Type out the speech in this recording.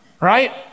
right